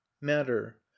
matter